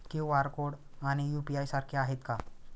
QR code आणि UPI सारखे आहेत का?